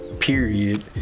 period